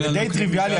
זה די טריוויאלי.